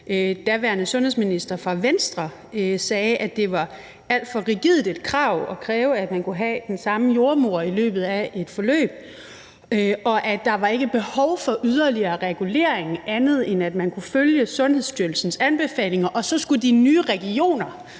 daværende sundhedsminister fra Venstre, sagde, at det var et alt for rigidt krav at stille, at man kunne have den samme jordemoder i løbet af et forløb, og at der ikke var behov for en yderligere regulering, andet end at man kunne følge Sundhedsstyrelsens anbefalinger, og at de nye regioner